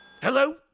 Hello